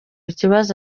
ikibazo